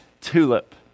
Tulip